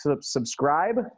subscribe